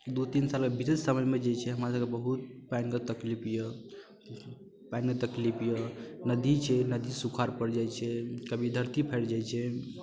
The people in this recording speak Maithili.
दू तीन सालमे विशेष समयमे जे छै जे हमरासभके बहुत पानिके तकलीफ यए पानिके तकलीफ यए नदी छै नदी सुखाड़ पड़ि जाइ छै कभी धरती फाटि जाइ छै